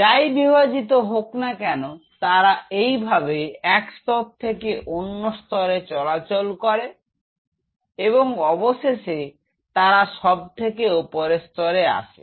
যাই বিভাজিত হোক না কেন তারা এইভাবে এক স্তর থেকে অন্য স্তরে চলাচল করে এবং অবশেষে তারা সব থেকে ওপরের স্তরে আসে